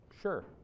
Sure